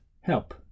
help